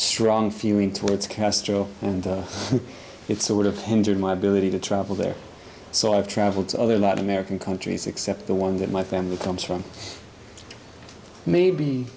strong feeling towards castro and if so would have hindered my ability to travel there so i've traveled to other latin american countries except the one that my family comes from maybe